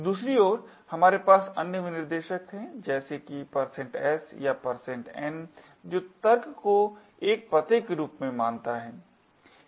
दूसरी ओर हमारे पास अन्य विनिर्देशक हैं जैसे कि s या n जो तर्क को एक पते के रूप में मानता है